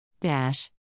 Dash